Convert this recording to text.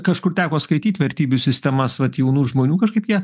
kažkur teko skaityt vertybių sistemas vat jaunų žmonių kažkaip jie